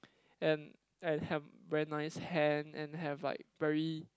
and and have very nice hand and have like very